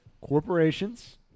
corporations